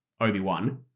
Obi-Wan